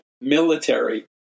military